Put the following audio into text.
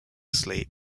sleep